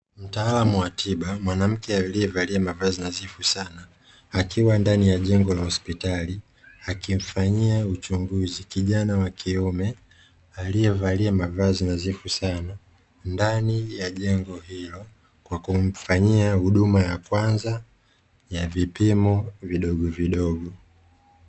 Mtaalamu wa tiba mwanamke aliyevalia mavazi nadhifu sana, akiwa ndani ya jengo la hospitali, akimfanyia uchunguzi kijana wa kiume aliyevalia mavazi nadhifu sana, ndani ya jengo hilo; kwa kumfanyia huduma ya kwanza ya vipimo vidogovidogo.